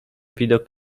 widok